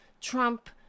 Trump